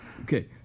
Okay